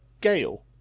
Gale